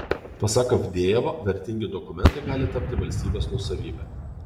pasak avdejevo vertingi dokumentai gali tapti valstybės nuosavybe